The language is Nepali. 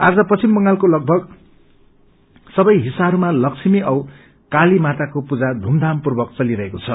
आज पश्चिम बंगालको लगभग सवै हिस्साहरूमा लक्ष्मी औ काली माताको पूजा धूमधाम पूर्वक चलिरहेको छ